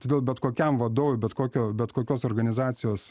todėl bet kokiam vadovui bet kokio bet kokios organizacijos